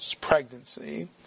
pregnancy